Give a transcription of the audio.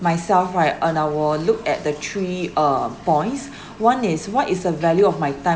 myself right and I will look at the three uh points one is what is the value of my time